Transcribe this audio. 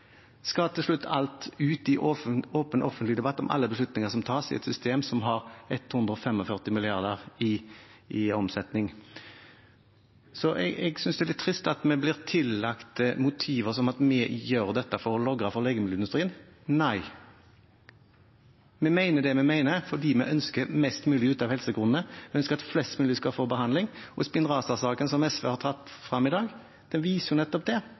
Skal til slutt alt ut i åpen, offentlig debatt – alle beslutninger som tas i et system som har 145 mrd. kr i omsetning? Jeg synes det er litt trist at vi blir tillagt motiver som at vi gjør dette for å logre for legemiddelindustrien. Nei, vi mener det vi mener, fordi vi ønsker mest mulig ut av helsekronene, vi ønsker at flest mulig skal få behandling. Spinraza-saken, som SV har tatt frem i dag, viser nettopp